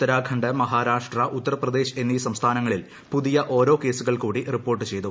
ഉത്തരാഖണ്ഡ് മഹാരാഷ്ട്ര ഉത്തർപ്രദേശ് എന്നീ സംസ്ഥാനങ്ങളിൽ പുതിയ ഓരോ കേസുകൾ കൂടി റിപ്പോർട്ട് ചെയ്തു